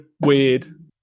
weird